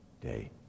day